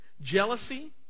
jealousy